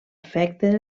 afecten